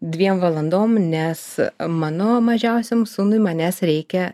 dviem valandom nes mano mažiausiam sūnui manęs reikia